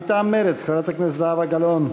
מטעם מרצ, חברת הכנסת זהבה גלאון.